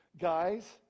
Guys